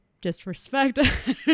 disrespect